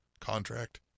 contract